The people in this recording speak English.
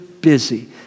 busy